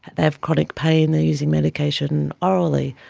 they have chronic pain, they are using medication orally.